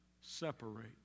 separate